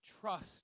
trust